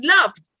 loved